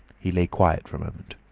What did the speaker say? he lay quiet for a moment.